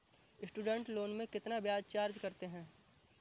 Student loan में कितना ब्याज चार्ज करते हैं?